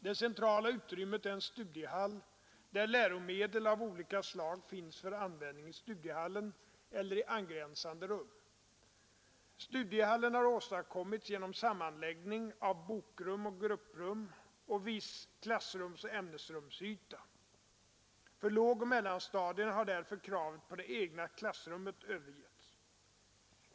Det centrala utrymmet är en studiehall, där läromedel av olika slag finns för användning i studiehallen eller i angränsande rum. Studiehallen har åstadkommits genom sammanläggning av bokrum och grupprum och viss klassrumsoch ämnesrumsyta. För lågoch mellanstadierna har därför kravet på det egna klassrummet övergetts.